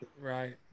Right